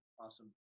awesome